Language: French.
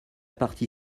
partie